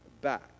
back